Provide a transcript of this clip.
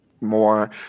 more